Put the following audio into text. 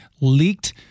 leaked